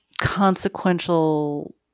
consequential